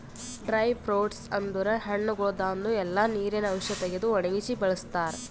dry fruits ಅಂದುರ್ ಹಣ್ಣಗೊಳ್ದಾಂದು ಎಲ್ಲಾ ನೀರಿನ ಅಂಶ ತೆಗೆದು ಒಣಗಿಸಿ ಬಳ್ಸತಾರ್